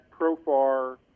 Profar